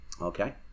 Okay